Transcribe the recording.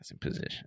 position